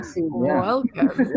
welcome